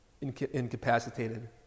incapacitated